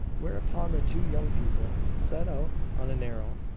whereupon the two young people set out on a narrow,